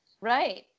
right